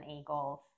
Eagles